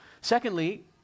Secondly